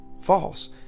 False